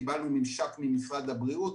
קיבלנו ממשק ממשרד הבריאות,